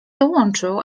dołączył